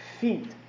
feet